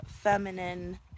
feminine